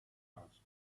asked